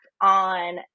on